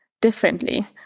differently